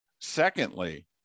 Secondly